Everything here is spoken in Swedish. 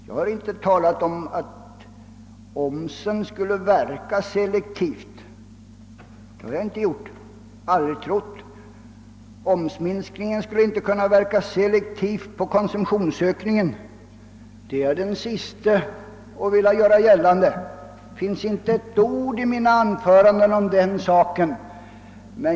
Jag har inte talat om att omsättningsskattens sänkning eller höjning skulle verka selektivt. Det har jag heller aldrig trott att den skulle göra. Jag är den siste som vill göra gällande att en minskning av omsättningsskatten skulle verka selektivt på konsumtionsökningen. Det finns inte ett ord i mina anföranden om den saken.